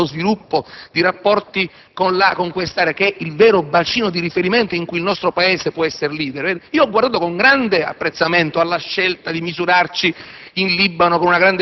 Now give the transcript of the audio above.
di vera cooperazione allo sviluppo), di avere rapporti con quest'area, che è il vero bacino di riferimento in cui il nostro Paese può essere un *leader*, ebbene, io ho guardato con grande apprezzamento alla scelta di misurarci